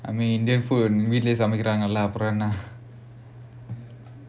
I mean then food வீட்லயே சமைக்குறாங்கள அப்புறம் என்ன:veetlayae samaikkuraangala appuram enna